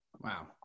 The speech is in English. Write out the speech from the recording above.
Wow